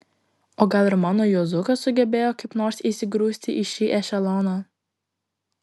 o gal ir mano juozukas sugebėjo kaip nors įsigrūsti į šį ešeloną